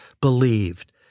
believed